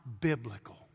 biblical